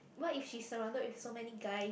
what if she's surrounded by so many guys